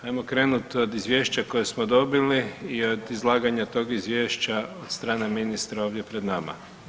Hajmo krenuti od Izvješća koje smo dobili i od izlaganja toga Izvješća od strane ministra ovdje pred nama.